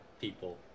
people